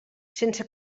sense